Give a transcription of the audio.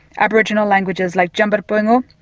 aboriginal languages like djambarrpuyngu,